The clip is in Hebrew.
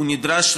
הוא נדרש,